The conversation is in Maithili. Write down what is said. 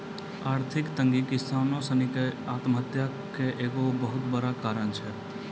आर्थिक तंगी किसानो सिनी के आत्महत्या के एगो बहुते बड़का कारण छै